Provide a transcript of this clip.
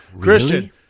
Christian